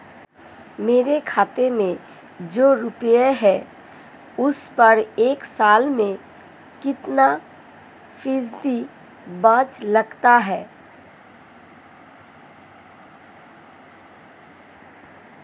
मेरे खाते में जो रुपये हैं उस पर एक साल में कितना फ़ीसदी ब्याज लगता है?